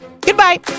Goodbye